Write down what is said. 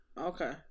Okay